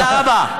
תודה רבה.